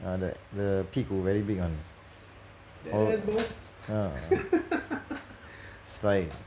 ah like the 屁股 very big [one] all ya it's like